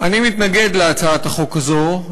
אני מתנגד להצעת החוק הזאת,